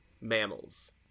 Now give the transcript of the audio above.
mammals